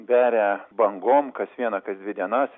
beria bangom kas vieną kas dvi dienas